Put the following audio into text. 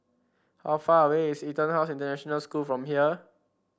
how far away is EtonHouse International School from here